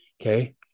Okay